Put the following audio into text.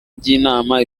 by’inama